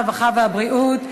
הרווחה והבריאות.